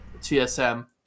tsm